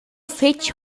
fetg